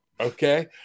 Okay